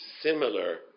similar